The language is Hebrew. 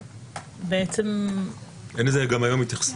אין לזה גם היום התייחסות.